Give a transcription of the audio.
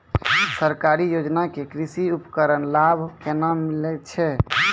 सरकारी योजना के कृषि उपकरण लाभ केना मिलै छै?